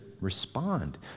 respond